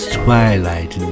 twilight